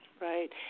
Right